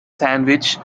sandwich